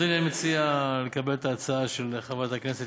אני מציע לקבל את ההצעה של חברת הכנסת